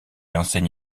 enseigne